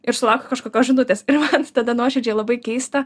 ir sulauki kažkokios žinutės ir man tada nuoširdžiai labai keista